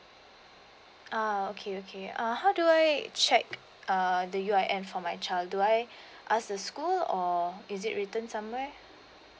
ah okay okay uh how do I check uh the U_I_N for my child do I ask the school or is it written somewhere